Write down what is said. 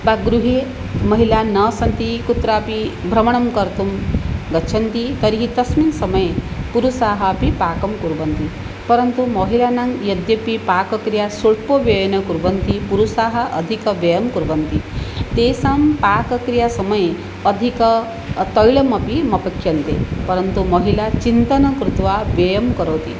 तद्गृहे महिलाः न सन्ति कुत्रापि भ्रमणं कर्तुं गच्छन्ति तर्हि तस्मिन् समये पुरुषाः अपि पाकं कुर्वन्ति परन्तु महिलानां यद्यपि पाकक्रिया स्वल्पव्ययेन कुर्वन्ति पुरुषाः अधिकव्ययं कुर्वन्ति तेषां पाकक्रियासमये अधिकम् तैलमपि अपि अपेक्षन्ते परन्तु महिला चिन्तनं कृत्वा व्ययं करोति